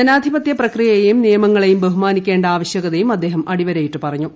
ജനാധിപത്യ പ്രക്രീയയെയും നിയമങ്ങളെയും ബഹുമാനിക്കേണ്ട ആവശ്യകതയും അദ്ദേഹം അടിവരയിട്ട് പറഞ്ഞു